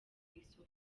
isoko